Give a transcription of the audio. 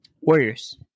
Warriors